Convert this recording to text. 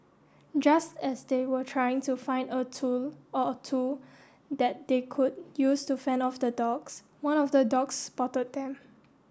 just as they were trying to find a tool or two that they could use to fend off the dogs one of the dogs spotted them